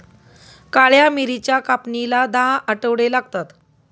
काळ्या मिरीच्या कापणीला दहा आठवडे लागतात